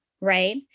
Right